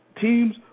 teams